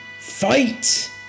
Fight